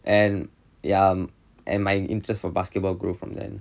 and ya and my interest for basketball grew from then